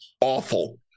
awful